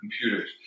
computers